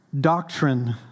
doctrine